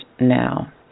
now